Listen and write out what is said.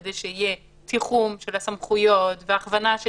כדי שיהיה תיחום של הסמכויות והכוונה של